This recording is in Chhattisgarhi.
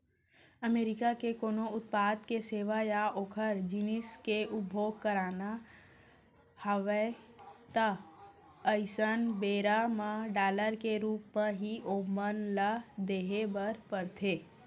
अमरीका के कोनो उत्पाद के सेवा या ओखर जिनिस के उपभोग करना हवय ता अइसन बेरा म डॉलर के रुप म ही ओमन ल देहे बर परथे